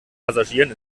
passagieren